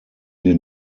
den